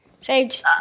Sage